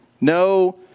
No